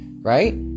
right